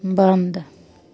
बन्द